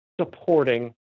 supporting